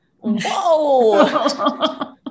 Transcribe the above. Whoa